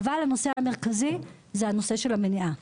אבל הנושא המרכזי הוא נושא המניעה,